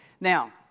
Now